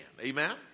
Amen